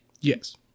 yes